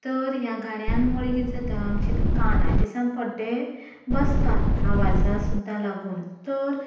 तर ह्या गाण्या मुळे कितें जाता आमचे कानाचे सामके पड्डे बसतात आवाजाक सुद्दां लागून तर